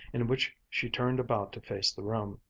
in which she turned about to face the room.